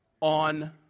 on